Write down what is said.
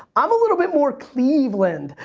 i'm a little bit more cleveland.